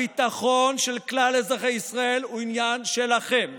הביטחון של כלל אזרחי ישראל הוא עניין שלכם.